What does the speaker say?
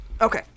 Okay